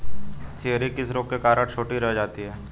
Cherry किस रोग के कारण छोटी रह जाती है?